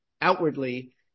outwardly